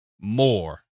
more